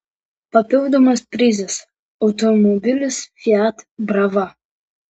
papildomas prizas automobilis fiat brava